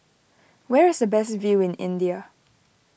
where is the best view in India